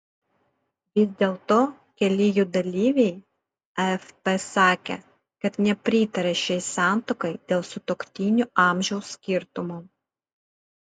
vis dėlto keli jų dalyviai afp sakė kad nepritaria šiai santuokai dėl sutuoktinių amžiaus skirtumo